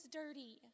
dirty